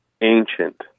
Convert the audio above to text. ancient